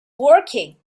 working